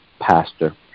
pastor